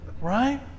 right